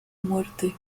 muerte